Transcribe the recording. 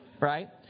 right